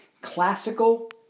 classical